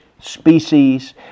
species